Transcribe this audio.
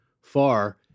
far